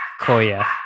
Koya